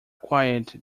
quiet